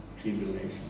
tribulation